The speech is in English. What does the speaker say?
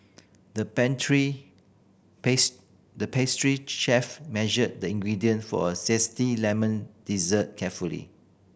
the the pastry chef measured the ingredient for a zesty lemon dessert carefully